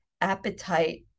appetite